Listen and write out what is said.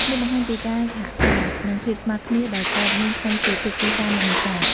នេះបង្ហាញពីការសហការ និងភាពស្មើគ្នាដែលកើតមានក្នុងជីវភាពគ្រួសារអ្នកនេសាទ។